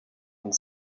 und